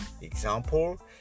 Example